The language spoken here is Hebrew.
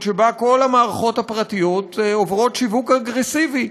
שבה כל המערכות הפרטיות עוברות שיווק אגרסיבי,